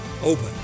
open